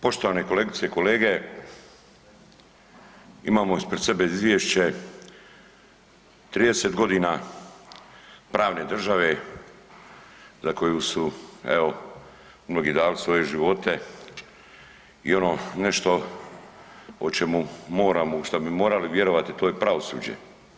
Poštovane kolegice i kolege imamo ispred sebe izvješće 30 godina pravne države za koju su evo mnogi dali svoje živote i ono nešto o čemu moramo, u šta bi morali vjerovati to je pravosuđe.